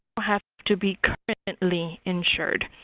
have to be currently insured.